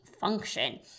function